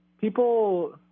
people